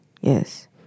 Yes